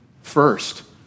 first